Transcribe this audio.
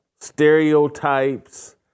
stereotypes